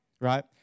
Right